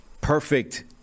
Perfect